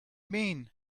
mean